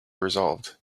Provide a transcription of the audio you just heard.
resolved